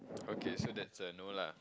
okay so that's a no lah